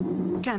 אז כן,